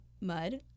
mud